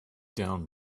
down